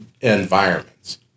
environments